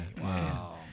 wow